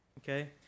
Okay